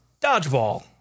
dodgeball